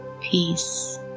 peace